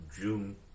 June